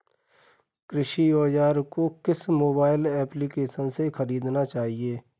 कृषि औज़ार को किस मोबाइल एप्पलीकेशन से ख़रीदना चाहिए?